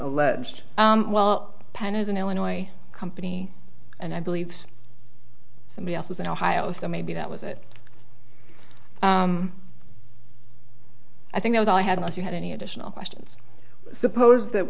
alleged well penn is an illinois company and i believe somebody else was in ohio so maybe that was it i think i was i had once you had any additional questions suppose that